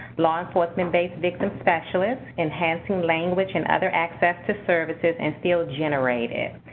law enforcement-based victim specialists, enhancing language and other access to services, and field generated.